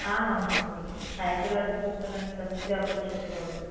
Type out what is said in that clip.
आमां सन्ति सैकलाजिपुस्तकानि कस्य अपेक्षते भवति